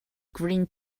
green